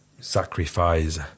sacrifice